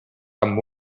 amb